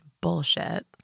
bullshit